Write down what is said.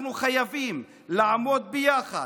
אנחנו חייבים לעמוד ביחד,